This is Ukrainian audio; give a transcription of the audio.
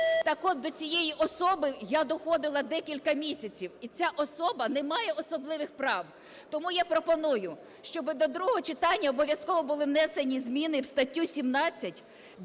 Так от, до цієї особи я доходила декілька місяців, і ця особа не має особливих прав. Тому я пропоную, щоби до другого читання обов'язково були внесені зміни в статтю 17,